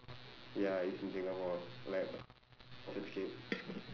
ya it's in singapore like scape like you know orchard scape